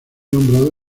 nombrado